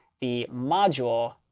the module,